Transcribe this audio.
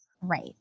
Right